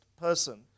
person